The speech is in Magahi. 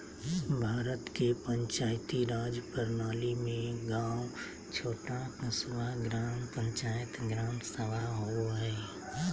भारत के पंचायती राज प्रणाली में गाँव छोटा क़स्बा, ग्राम पंचायत, ग्राम सभा होवो हइ